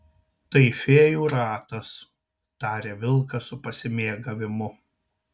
tai fėjų ratas taria vilkas su pasimėgavimu